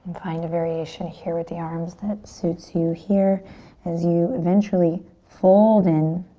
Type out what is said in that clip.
find a variation here with the arms that suits you here as you eventually fold in